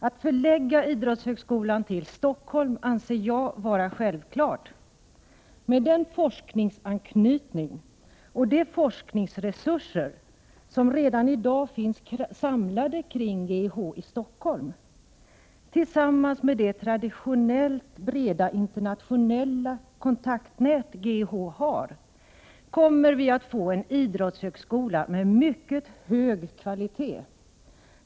Att förlägga idrottshögskolan till Stockholm anser jag vara självklart. Med den forskningsanknytning och de forskningsresurser som redan i dag finns samlade kring GIH i Stockholm, tillsammans med det traditionellt breda internationella kontaktnät som GIH har, kommer vi att få en idrottshögskola med mycket hög kvalitet.